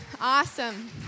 Awesome